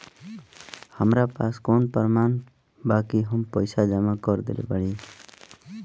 हमरा पास कौन प्रमाण बा कि हम पईसा जमा कर देली बारी?